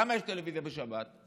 למה יש טלוויזיה בשבת?